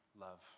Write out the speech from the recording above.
love